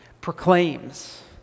proclaims